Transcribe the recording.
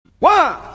One